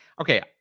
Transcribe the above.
Okay